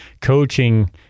coaching